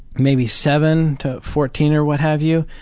maybe seven to fourteen or what have you.